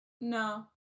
No